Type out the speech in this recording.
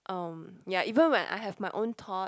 um ya even when I have my own thought